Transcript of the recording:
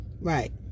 right